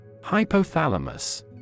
Hypothalamus